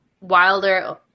Wilder